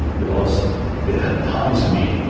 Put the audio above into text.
because they harm so me.